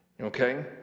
okay